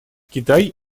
китай